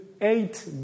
eight